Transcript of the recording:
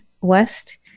West